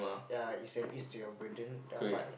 ya it's an ease to your burden ya but